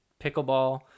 pickleball